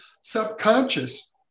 subconscious